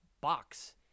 box